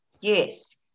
yes